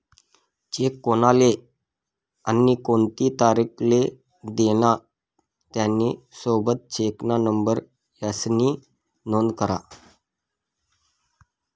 check कोनले आणि कोणती तारीख ले दिना, त्यानी सोबत चेकना नंबर यास्नी नोंद करा